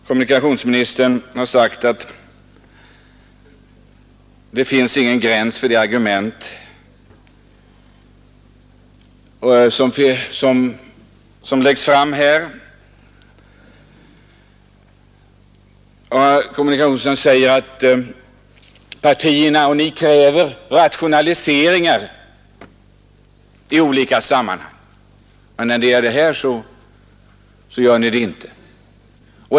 Kommunikationsministern tycker att det inte finns någon gräns för de argument som läggs fram i denna fråga och säger: Ni kräver rationaliseringar i olika sammanhang, men i detta fall gör ni det inte.